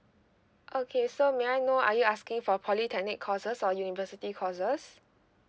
okay so may I know are you asking for polytechnic courses or university courses